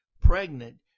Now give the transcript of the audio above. pregnant